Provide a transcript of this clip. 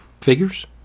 figures